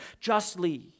justly